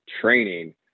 training